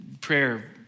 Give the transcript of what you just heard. prayer